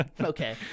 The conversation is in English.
Okay